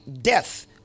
death